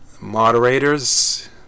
moderators